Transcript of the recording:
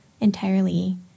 entirely